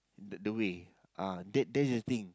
the the way uh that that's the thing